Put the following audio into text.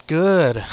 good